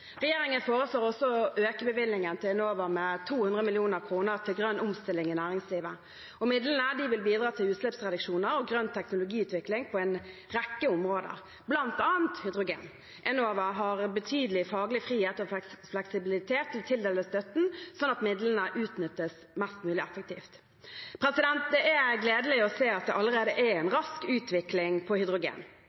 Regjeringen foreslår også å øke bevilgningen til Enova med 200 mill. kr til grønn omstilling i næringslivet. Midlene vil bidra til utslippsreduksjoner og grønn teknologiutvikling på en rekke områder, bl.a. hydrogen. Enova har betydelig faglig frihet og fleksibilitet til å tildele støtten slik at midlene utnyttes mest mulig effektivt. Det er gledelig å se at det allerede er en rask utvikling på hydrogen.